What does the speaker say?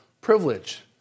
privilege